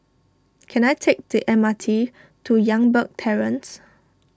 can I take the M R T to Youngberg Terrace